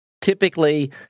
typically